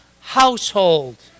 household